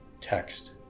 text